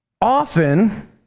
Often